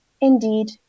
Indeed